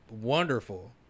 wonderful